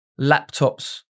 laptops